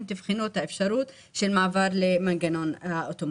תבחנו את האפשרות של מעבר למנגנון אוטומטי.